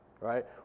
right